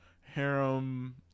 harem